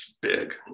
big